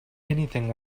anything